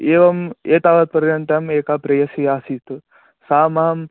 एवम् एतावत्पर्यन्तम् एका प्रेयसी आसीत् सा मां